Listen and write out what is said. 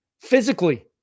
physically